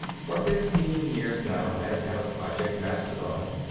for fifteen years now, as head of project mastodon,